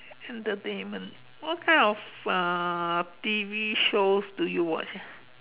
entertainment what kind of uh T_V shows do you watch ah